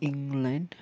England